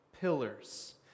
pillars